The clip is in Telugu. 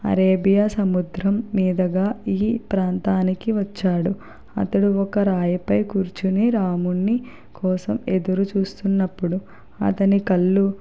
అరేబియ సముద్రం మీదుగా ఈ ప్రాంతానికి వచ్చాడు అతడు ఒక రాయిపై కూర్చుని రాముని కోసం ఎదురుచూస్తున్నప్పుడు అతని కళ్ళు